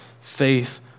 faith